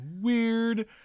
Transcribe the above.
weird